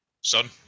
Son